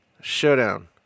Showdown